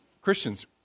Christians